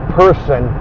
person